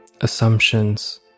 assumptions